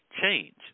change